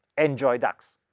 enjoy dax!